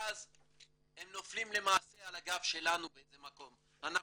ואז הם נופלים למעשה על הגב שלנו באיזה שהוא מקום,